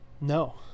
No